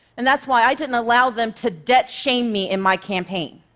and that's why i didn't allow them to debt-shame me in my campaign.